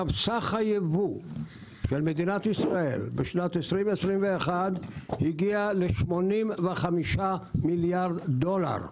סך הייבוא של מדינת ישראל בשנת 2021 הגיע ל-85 מיליארד דולר.